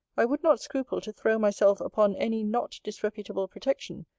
i would not scruple to throw myself upon any not disreputable protection,